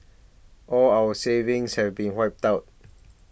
all our savings have been wiped out